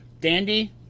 Dandy